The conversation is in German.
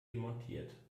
demontiert